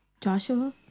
Joshua